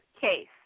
case